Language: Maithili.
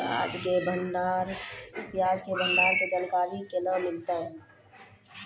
प्याज के भंडारण के जानकारी केना मिलतै?